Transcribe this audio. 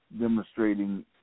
demonstrating